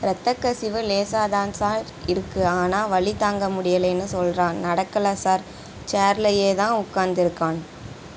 இரத்தக்கசிவு லேசாக தான் சார் இருக்குது ஆனால் வலி தாங்க முடியலைன்னு சொல்கிறான் நடக்கலை சார் சேர்லேயே தான் உட்காந்திருக்கான்